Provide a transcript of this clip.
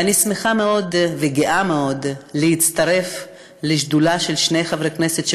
ואני שמחה מאוד וגאה מאוד להצטרף לשדולה של שני חברי הכנסת,